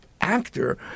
actor